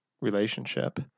relationship